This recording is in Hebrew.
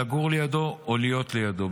לגור לידו או להיות לידו.